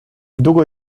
długo